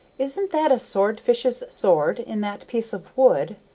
isn't that a sword-fish's sword in that piece of wood?